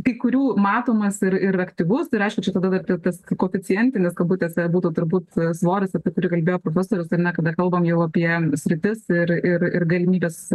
kai kurių matomas ir ir aktyvus tai reiškia čia tada vat ir tas koeficientinis kabutėse būtų turbūt svoris apie kurį kalbėjo profesorius ar ne kada kalbam jau apie sritis ir ir ir galimybes